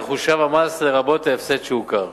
יחושב המס לרבות ההפסד שהוכר.